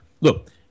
Look